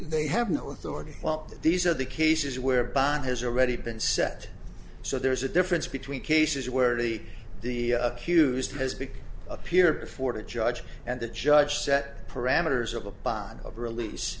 they have no authority well these are the cases where bond has already been set so there's a difference between cases where the the accused has big appear before the judge and the judge set parameters of a bond of release